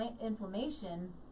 inflammation